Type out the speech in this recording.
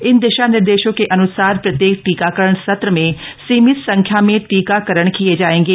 इन दिशा निर्देशों के अन्सार प्रत्येक टीकाकरण सत्र में सीमित संख्या में टीकाकरण किए जाएंगे